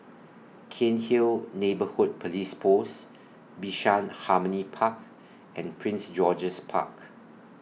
Cairnhill Neighbourhood Police Post Bishan Harmony Park and Prince George's Park